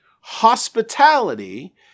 hospitality